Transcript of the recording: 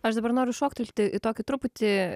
aš dabar noriu šoktelti į tokį truputį